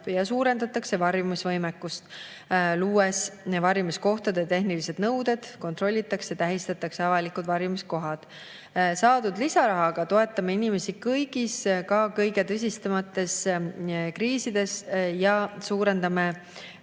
ja suurendatakse varjumisvõimekust, luues varjumiskohtade tehnilised nõuded, kontrollitakse üle ja tähistatakse avalikud varjumiskohad. Saadud lisarahaga toetame inimesi kõigis, ka kõige tõsisemates kriisides ja suurendame